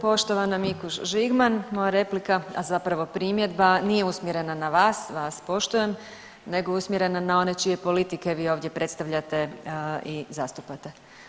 Poštovana Mikuš Žigman, moja replika, a zapravo primjedba nije usmjerena na vas, vas poštujem, nego je usmjerena na one čije politike vi ovdje predstavljate i zastupate.